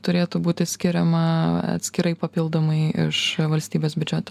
turėtų būti skiriama atskirai papildomai iš valstybės biudžeto